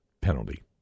penalty